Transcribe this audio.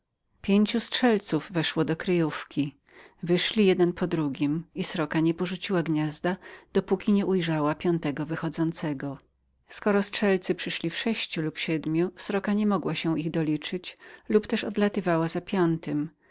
pięciu strzelców weszło do kryjówki wyszli jeden po drugim i sroka nie porzuciła gniazda dopóki nie ujrzała piątego wychodzącego skoro strzelcy przyszli w sześciu lub siedmiu sroka niemogła się doliczyć lub też odlatywała za piątym